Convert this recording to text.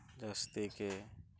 ᱡᱟᱹᱥᱛᱤᱜᱮ